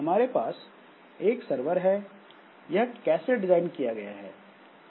हमारे पास एक सरवर है यह कैसे डिजाइन किया गया है